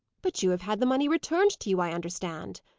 but you have had the money returned to you, i understand.